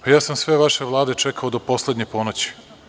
Pa, ja sam sve vaše Vlade čekao do poslednje ponoći.